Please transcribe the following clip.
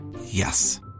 Yes